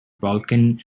balkan